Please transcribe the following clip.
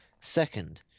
Second